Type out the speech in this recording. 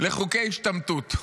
לחוקי השתמטות.